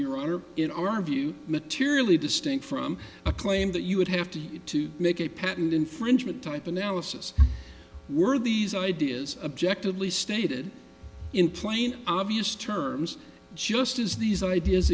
your own or in our view materially distinct from a claim that you would have to make a patent infringement type analysis were these ideas objected lee stated in plain obvious terms just as these ideas